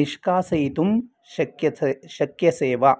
निष्कासयितुं शक्यते शक्यते वा